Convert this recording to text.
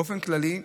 באופן כללי,